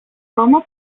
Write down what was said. στόμα